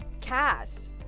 Cass